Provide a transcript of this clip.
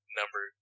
number